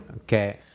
Okay